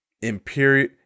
imperial